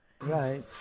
right